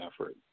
effort